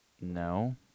No